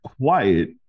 quiet